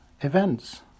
events